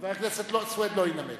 חבר הכנסת סוייד לא ינמק.